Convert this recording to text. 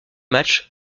match